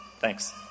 Thanks